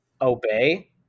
obey